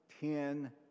Ten